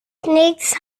nichts